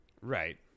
Right